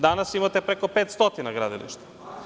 Danas imate preko 500 gradilišta.